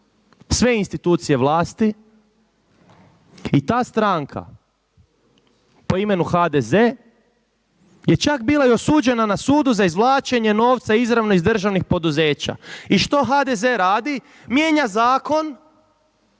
sve institucije vlasti i ta stranka po imenu HDZ je čak bila i osuđena na sudu za izvlačenje novca izravno iz državnih poduzeća. I što HDZ radi? Mijenja zakon